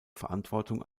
verantwortung